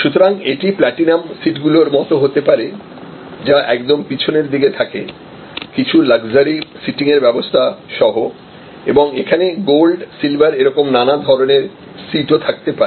সুতরাং এটি প্ল্যাটিনাম সিটগুলির মতো হতে পারে যা একদম পিছনের দিকে থাকে কিছু লাগজারি সিটিং এর ব্যবস্থা সহ এবং এখানে গোল্ড সিলভার এরকম নানা ধরনের সিট ও থাকতে পারে